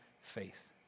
faith